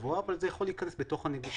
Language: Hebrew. זה לא קבוע אבל יכול להיכנס בתוך הנגישות.